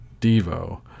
Devo